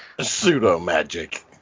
Pseudo-magic